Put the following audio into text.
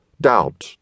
doubt